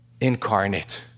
incarnate